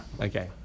Okay